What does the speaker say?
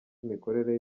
imikorere